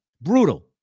Brutal